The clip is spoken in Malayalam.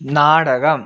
നാടകം